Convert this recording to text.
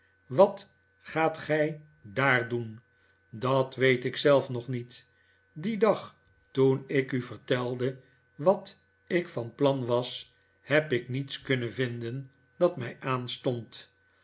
wat gaat gij daar doen dat weet ik zelf nog niet dien dag toen ik u vertelde wat ik van plan was heb ik niets kunnen vinden dat mij aanstond